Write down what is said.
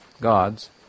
gods